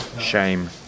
Shame